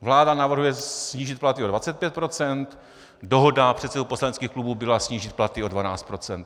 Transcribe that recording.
Vláda navrhuje snížit platy o 25 %, dohoda předsedů poslaneckých klubů byla snížit platy o 12 %.